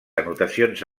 anotacions